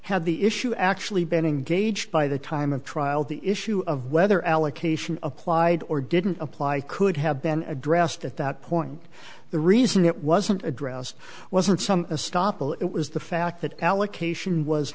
the issue actually be and engaged by the time of trial the issue of whether allocation applied or didn't apply could have been addressed at that point the reason it wasn't addressed wasn't some stoppel it was the fact that allocation was